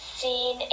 seen